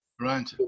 Right